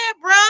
bro